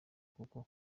kuko